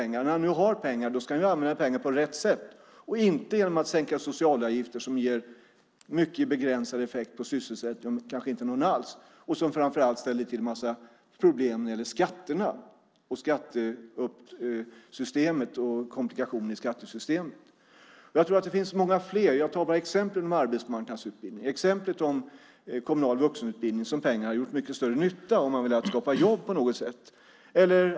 När han nu har pengar ska han använda dem på rätt sätt och inte sänka socialavgifterna, vilket ger mycket begränsad - kanske ingen - effekt på sysselsättningen. Det ställer framför allt till en massa problem när det gäller skatterna och komplikationer i skattesystemet. Jag tog exemplen med arbetsmarknadsutbildning och kommunal vuxenutbildning. Men det finns flera exempel där pengarna hade gjort mycket större nytta om man vill skapa jobb.